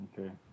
Okay